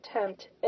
attempt